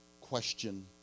question